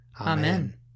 Amen